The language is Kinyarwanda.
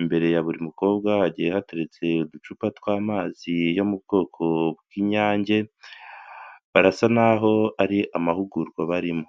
imbere ya buri mukobwa hagiye hatutse uducupa tw'amazi yo mu bwoko bw'Inyange, barasa naho ari amahugurwa barimo.